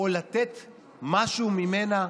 או לתת משהו ממנה,